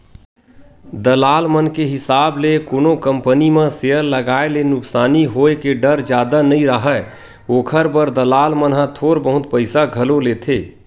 दलाल मन के हिसाब ले कोनो कंपनी म सेयर लगाए ले नुकसानी होय के डर जादा नइ राहय, ओखर बर दलाल मन ह थोर बहुत पइसा घलो लेथें